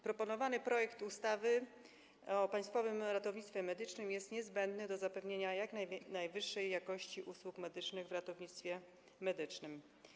Proponowany projekt ustawy o Państwowym Ratownictwie Medycznym jest niezbędny do zapewnienia jak najwyższej jakości usług medycznych w ratownictwie medycznym.